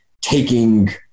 taking